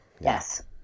yes